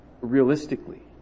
realistically